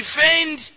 Defend